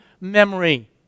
memory